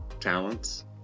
Talents